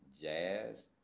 jazz